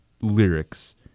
lyrics